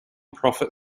profit